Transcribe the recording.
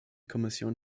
kommission